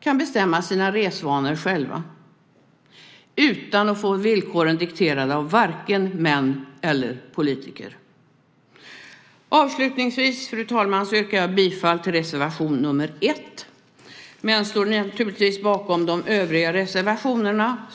kan bestämma sina resvanor själva utan att få villkoren dikterade av vare sig män eller politiker. Avslutningsvis, fru talman, yrkar jag bifall till reservation 1, men jag står naturligtvis bakom våra övriga reservationer.